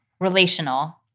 relational